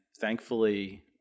thankfully